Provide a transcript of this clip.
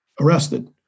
arrested